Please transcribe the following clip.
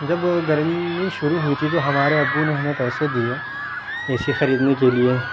جب گرمی شروع ہوئی تھی تو ہمارے ابو نے ہمیں پیسے دیے اے سی خریدنے کے لیے